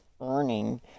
earning